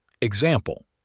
Example